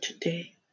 today